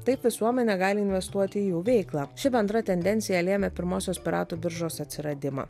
taip visuomenė gali investuoti į jų veiklą ši bendra tendencija lėmė pirmosios piratų biržos atsiradimą